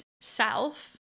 self